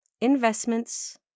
investments